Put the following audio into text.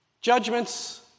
Judgments